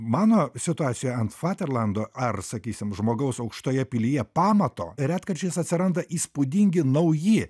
mano situacijoje ant faterlando ar sakysim žmogaus aukštoje pilyje pamato retkarčiais atsiranda įspūdingi nauji